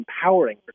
empowering